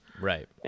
Right